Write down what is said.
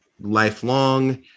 lifelong